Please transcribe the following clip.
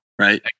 right